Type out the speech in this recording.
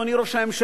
אדוני ראש הממשלה,